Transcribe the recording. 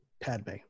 Padme